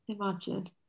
Imagine